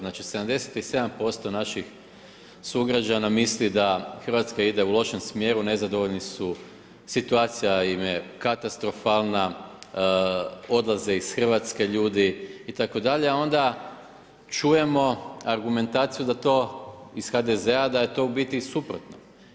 Znači 77% naših sugrađana misli da Hrvatska ide u lošem smjeru, nezadovoljni su, situacija im je katastrofalna, odlaze iz Hrvatske ljudi itd., a onda čujemo argumentaciju da to, iz HDZ-a da je to u biti suprotno.